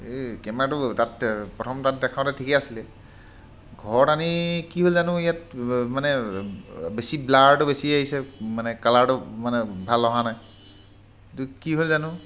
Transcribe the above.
এই কেমেৰাটো তাতে প্ৰথম তাত দেখাওঁতে ঠিকে আছিলে ঘৰত আনি কি হ'ল জানো ইয়াত মানে বেছি ব্লাৰটো বেছি আহিছে মানে কালাৰটো মানে ভাল অহা নাই এইটো কি হ'ল জানো